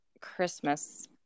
Christmas